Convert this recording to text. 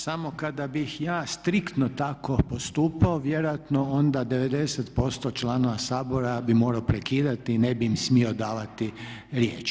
Samo kada bih ja striktno tako postupao vjerojatno onda 90% članova Sabora bi morao prekidati i ne bih im smio davati riječ.